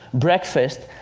breakfast,